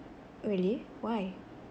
really why